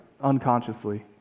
unconsciously